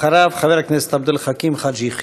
אחריו, חבר הכנסת עבד אל חכים חאג' יחיא.